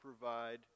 provide